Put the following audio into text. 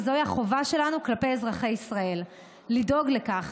וזוהי החובה שלנו כלפי אזרחי ישראל לדאוג לכך